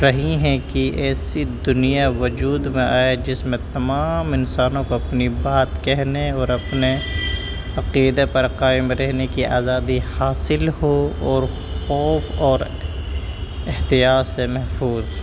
رہی ہیں کہ ایسی دنیا وجود میں آئے جس میں تمام انسانوں کو اپنی بات کہنے اور اپنے عقیدے پر قائم رہنے کی آزادی حاصل ہو اور خوف اور احتیاط سے محفوظ